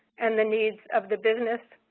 and the needs of the business.